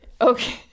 Okay